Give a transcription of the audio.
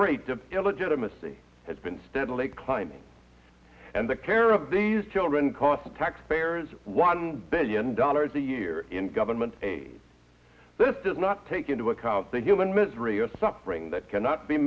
the illegitimacy has been steadily climbing and the care of these children cost taxpayers one billion dollars a year in government a this does not take into account the human misery or suffering that cannot be